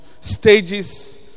stages